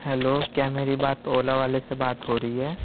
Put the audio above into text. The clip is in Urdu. ہیلو کیا میری بات اولا والے سے بات ہو رہی ہے